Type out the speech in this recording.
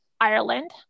Ireland